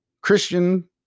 christian